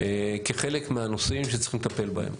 כחלק מהנושאים שצריכים לטפל בהם.